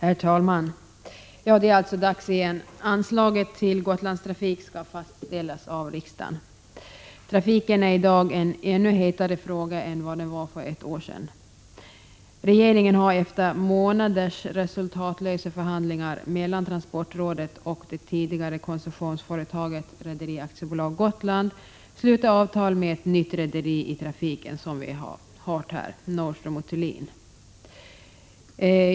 Herr talman! Nu är det dags igen. Anslaget till Gotlandstrafiken skall fastställas av riksdagen. Den trafiken är i dag en ännu hetare fråga än den var för ett år sedan. Regeringen har efter månaders resultatlösa förhandlingar mellan transportrådet och det tidigare koncessionsföretaget Rederi AB Gotland slutit avtal med ett nytt rederi i trafiken, Nordström & Thulin.